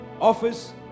office